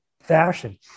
fashion